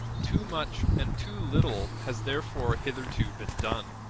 too much and too little has therefore hitherto been done.